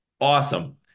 awesome